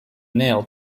nail